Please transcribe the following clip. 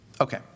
Okay